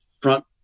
front